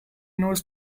knows